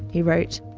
he wrote.